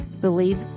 Believe